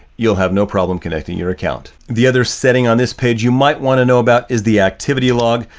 you'll have no problem connecting your account. the other setting on this page you might want to know about is the activity log,